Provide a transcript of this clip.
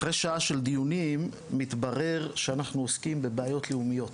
אחרי שעה של דיונים מתברר שאנחנו עוסקים בבעיות לאומיות